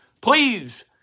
please